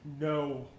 No